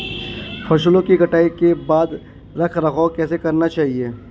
फसलों की कटाई के बाद रख रखाव कैसे करना चाहिये?